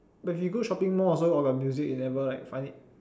but if you go shopping mall also all the music never like find it